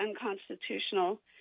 unconstitutional